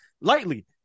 lightly